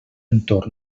entorn